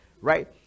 right